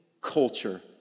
culture